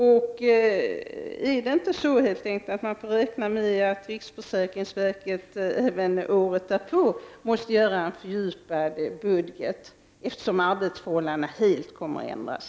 Får man helt enkelt räkna med att riksförsäkringsverket även året därpå måste göra en fördjupad budget, eftersom arbetsförhållandena helt kommer att ändras?